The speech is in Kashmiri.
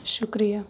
شُکریہ